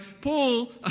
Paul